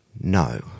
No